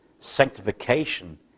Sanctification